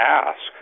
ask